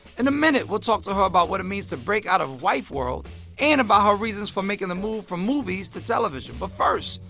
and a minute, we'll talk to her about what it means to break out of a wife world and about her reasons for making the move from movies to television. but first,